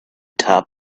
top